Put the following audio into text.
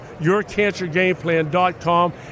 yourcancergameplan.com